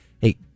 Hey